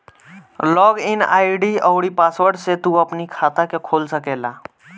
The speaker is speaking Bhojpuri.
लॉग इन आई.डी अउरी पासवर्ड से तू अपनी खाता के खोल सकेला